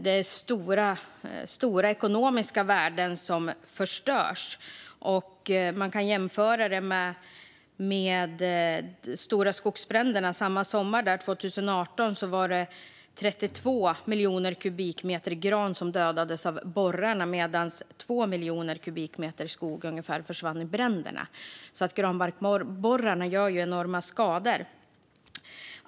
Det är stora ekonomiska värden som förstörs. Man kan jämföra det med stora skogsbränder - sommaren 2018 var det 32 miljoner kubikmeter gran som dödades av borrarna, medan ungefär 2 miljoner kubikmeter skog försvann i bränderna. Granbarkborrarna gör enorm skada.